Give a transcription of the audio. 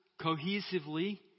cohesively